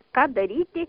ką daryti